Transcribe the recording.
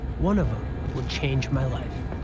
one of them would change my life.